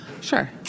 Sure